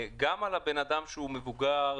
גם על הבן-אדם שהוא מבוגר,